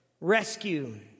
Rescue